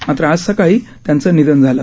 मात्र आज सकाळी त्यांचं निधन झालं